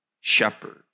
shepherd